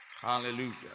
Hallelujah